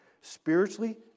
Spiritually